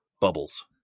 bubbles